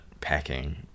packing